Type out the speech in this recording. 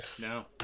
no